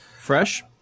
Fresh